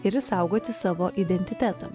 ir išsaugoti savo identitetą